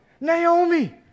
Naomi